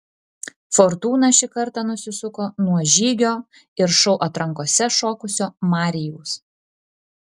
fortūna šį kartą nusisuko nuo žygio ir šou atrankose šokusio marijaus